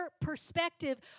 perspective